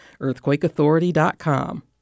EarthquakeAuthority.com